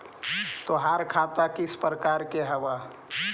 तोहार खता किस प्रकार के हवअ